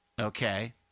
Okay